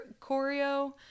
choreo